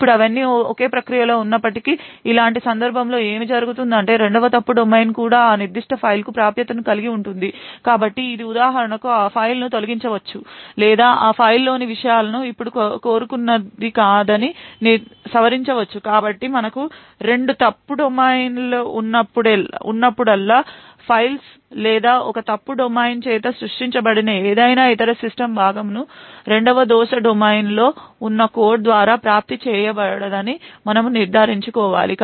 ఇప్పుడు అవన్నీ ఒకే ప్రక్రియలో ఉన్నప్పటికీ అలాంటి సందర్భంలో ఏమి జరుగుతుందంటే రెండవ ఫాల్ట్ డొమైన్ కూడా ఆ నిర్దిష్ట ఫైల్కు ప్రాప్యతను కలిగి ఉంటుంది కాబట్టి ఇది ఉదాహరణకు ఆ ఫైల్ను తొలగించవచ్చు లేదా ఆ ఫైల్లోని విషయాలు ఇప్పుడు కోరుకున్నది కాదని సవరించవచ్చు కాబట్టి మనకు రెండు ఫాల్ట్ డొమైన్లు ఉన్నప్పుడల్లా ఫైల్స్ లేదా ఒక ఫాల్ట్ డొమైన్ చేత సృష్టించబడిన ఏదైనా ఇతర సిస్టమ్ భాగమును రెండవ ఫాల్ట్ డొమైన్లో ఉన్న కోడ్ ద్వారా ప్రాప్తి చేయబడదని మనము నిర్ధారించుకోవాలి